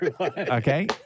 okay